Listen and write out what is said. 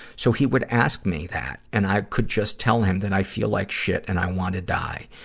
so he would ask me that, and i could just tell him that i feel like shit and i want to die.